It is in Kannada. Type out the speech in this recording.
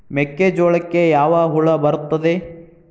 ಮೆಕ್ಕೆಜೋಳಕ್ಕೆ ಯಾವ ಹುಳ ಬರುತ್ತದೆ?